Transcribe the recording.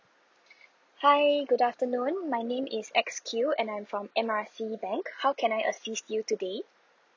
hi good afternoon my name is X Q and I'm from M R C bank how can I assist you today